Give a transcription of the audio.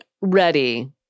ready—